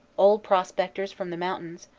old pros pectors from the mountains,